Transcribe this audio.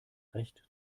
recht